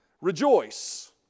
Rejoice